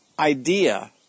Idea